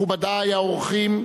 מכובדי האורחים,